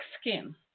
skin